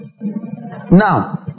Now